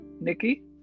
nikki